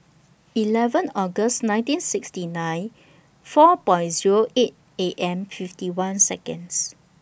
eleven August nineteen sixty nine four Point Zero eight A M fifty one Seconds